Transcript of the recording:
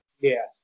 yes